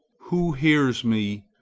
who hears me,